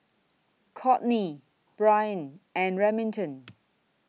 Kourtney Brien and Remington